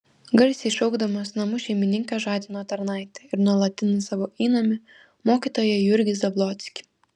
garsiai šaukdamas namų šeimininkas žadino tarnaitę ir nuolatinį savo įnamį mokytoją jurgį zablockį